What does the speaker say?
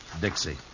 Dixie